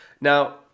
Now